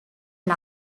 and